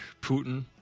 Putin